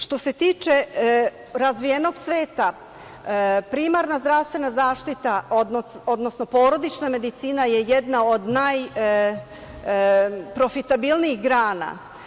Što se tiče razvijenog sveta, primarna zdravstvena zaštita, odnosno porodična medicina je jedna od najprofitabilnijih grana.